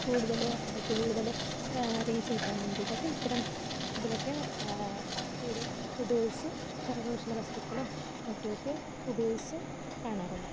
കൂടുതല് അവയ്ക്ക് കൂടുതല് റീച്ച് കിട്ടാനും വേണ്ടിയിട്ടൊക്കെ ഇത്തരം ഇതിലൊക്കെ ഇത് ഉപയോഗിച്ച് കരകൗശല വസ്തുക്കളും മറ്റു ഒക്കെ ഉപയോഗിച്ച് കാണാറുണ്ട്